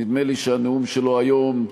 נדמה לי שהנאום שלו היום,